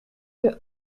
deux